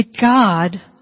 God